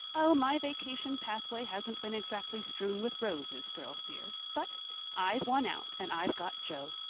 oh, my vacation pathway hasn't been exactly strewn with roses, girls dear. but i've won out and i've got jo.